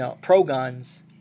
pro-guns